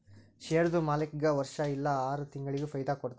ಶೇರ್ದು ಮಾಲೀಕ್ಗಾ ವರ್ಷಾ ಇಲ್ಲಾ ಆರ ತಿಂಗುಳಿಗ ಫೈದಾ ಕೊಡ್ತಾರ್